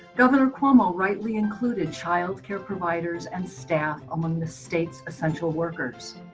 governor cuomo rightly included child care providers and staff among the state's essential workers.